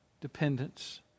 dependence